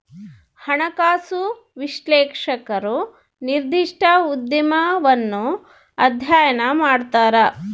ಹಣಕಾಸು ವಿಶ್ಲೇಷಕರು ನಿರ್ದಿಷ್ಟ ಉದ್ಯಮವನ್ನು ಅಧ್ಯಯನ ಮಾಡ್ತರ